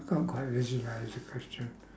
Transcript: I can't quite visualise the question